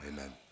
Amen